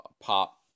pop